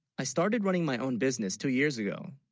i started running, my, own business two years ago